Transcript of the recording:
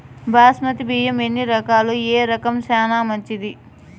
బాస్మతి బియ్యం ఎన్ని రకాలు, ఏ రకం చానా మంచిది?